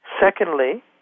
Secondly